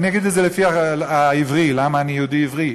אני אגיד את זה לפי הלוח העברי כי אני יהודי עברי,